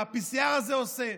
מה ה-PCR הזה עושה,